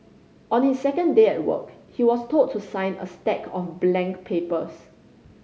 on his second day at work he was told to sign a stack of blank papers